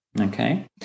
okay